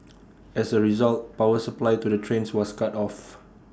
as A result power supply to the trains was cut off